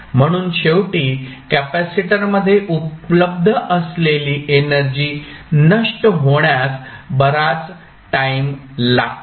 म्हणून शेवटी कॅपेसिटरमध्ये उपलब्ध असलेली एनर्जी नष्ट होण्यास बराच टाईम लागतो